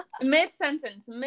mid-sentence